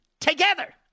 together